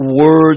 words